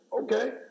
Okay